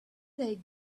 they